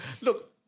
look